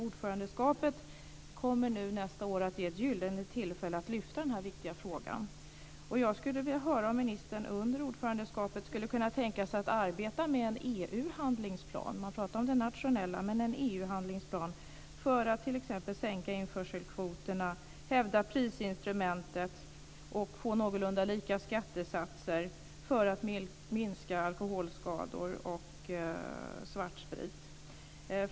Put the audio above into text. Ordförandeskapet nästa år kommer att ge ett gyllene tillfälle att lyfta fram denna viktiga fråga. Jag skulle vilja höra om ministern under ordförandeskapet skulle kunna tänka sig att arbeta med en EU-handlingsplan - man talar om den nationella planen - för att t.ex. sänka införselkvoterna, hävda prisinstrumentet och få någorlunda lika skattesatser för att minska omfattningen av alkoholskador och svartsprit.